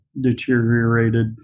deteriorated